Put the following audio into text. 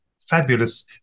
fabulous